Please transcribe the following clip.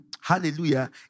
hallelujah